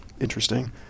Interesting